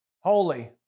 holy